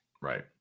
Right